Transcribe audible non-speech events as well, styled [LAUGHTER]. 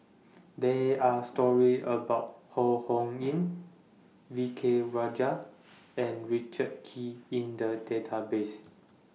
There Are stories about Ho Ho Ying V K Rajah [NOISE] and Richard Kee in The Database